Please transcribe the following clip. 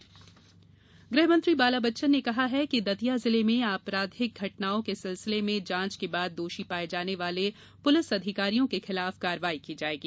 बाला बच्चन गृह मंत्री बाला बच्चन ने कहा है कि दतिया जिले में आपराधिक घटनाओं के सिलसिले में जांच के बाद दोषी पाए जाने वाले पुलिस अधिकारियों के खिलाफ कार्रवाई की जाएगी